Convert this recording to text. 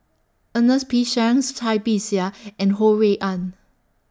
Ernest P Shanks Cai Bixia and Ho Rui An